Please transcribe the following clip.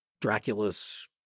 Dracula's